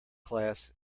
class